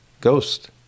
Ghost